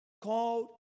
Called